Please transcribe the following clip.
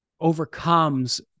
overcomes